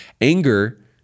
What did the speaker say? anger